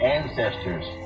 ancestors